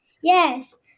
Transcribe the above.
Yes